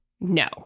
no